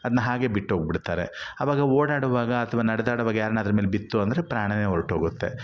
ಅದನ್ನ ಹಾಗೆ ಬಿಟ್ಟೋಗ್ಬಿಡ್ತಾರೆ ಅವಾಗ ಓಡಾಡುವಾಗ ಅಥ್ವಾ ನಡೆದಾಡುವಾಗ ಯಾರಾನ ಅದ್ರ ಮೇಲೆ ಬಿತ್ತು ಅಂದರೆ ಪ್ರಾಣವೇ ಹೊರ್ಟೋಗುತ್ತೆ